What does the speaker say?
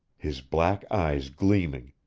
his black eyes gleaming,